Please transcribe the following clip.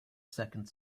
second